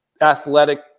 athletic